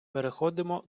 переходимо